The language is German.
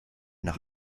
nach